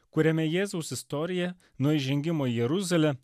kuriame jėzaus istorija nuo įžengimo į jeruzalę